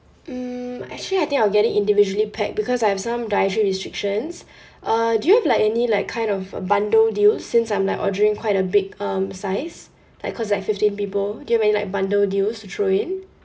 mm actually I think I will get it individually packed because I have some dietary restrictions uh do you have like any like kind of a bundle deal since I'm like ordering quite a big um size like cause like fifteen people do you have any like bundle deals to throw in